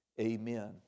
amen